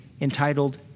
entitled